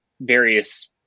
various